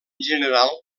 general